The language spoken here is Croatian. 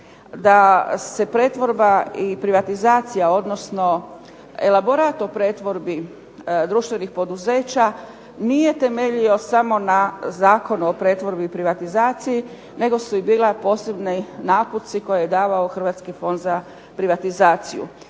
da se pretvorba i privatizacija, odnosno elaborat o pretvorbi društvenih poduzeća nije temeljio samo na Zakonu o pretvorbi i privatizaciji, nego su i bila posebni naputci koje je davao Hrvatski fond za privatizaciju.